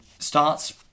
Starts